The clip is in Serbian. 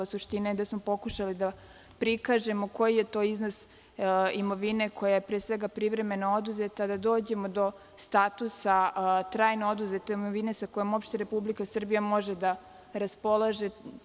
Suština je da smo pokušali da prikažemo koji je to iznos imovine koja je privremeno oduzeta, da dođemo do statusa trajno oduzete imovine sa kojom Republika Srbije može da raspolaže.